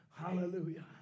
Hallelujah